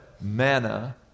manna